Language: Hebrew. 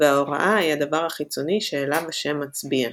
וההוראה היא הדבר החיצוני שאליו השם מצביע.